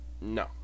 No